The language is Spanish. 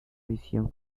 visión